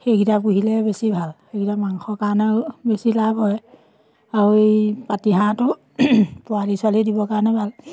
সেইকেইটা পুহিলে বেছি ভাল সেইকেইটা মাংসৰ কাৰণেও বেছি লাভ হয় আৰু এই পাতিহাঁহটো পোৱালি ছোৱালী দিবৰ কাৰণে ভাল